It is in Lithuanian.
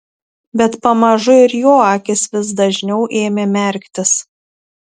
bet pamažu ir jo akys vis dažniau ėmė merktis